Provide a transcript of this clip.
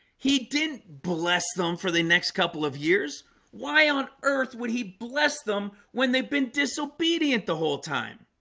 he didn't bless them for the next couple of years why on earth would he bless them when they've been disobedient the whole time?